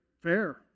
fair